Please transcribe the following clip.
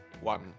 one